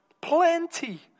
Plenty